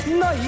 no